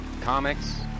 Comics